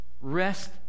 rest